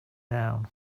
down